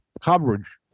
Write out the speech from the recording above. coverage